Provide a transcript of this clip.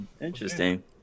Interesting